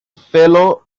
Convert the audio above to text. fellow